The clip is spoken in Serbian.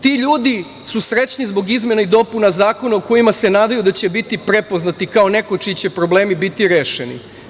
Ti ljudi su srećni zbog izmena i dopuna zakona o kojima se nadaju da će biti prepoznati kao neko čiji će problemi biti rešeni.